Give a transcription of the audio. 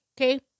Okay